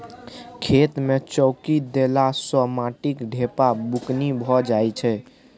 खेत मे चौकी देला सँ माटिक ढेपा बुकनी भए जाइ छै